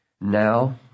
now